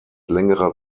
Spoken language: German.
längerer